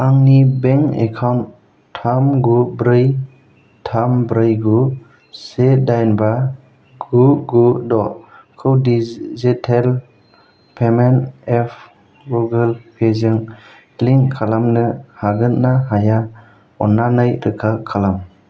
आंनि bank account थाम गु ब्रै थाम ब्रै गु से दाइन बा गु गु द'खौ डिजिटेल पेमेन्ट एप गुगोल पेजों लिंक खालामनो हागोन ना हाया अननानै रोखा खालाम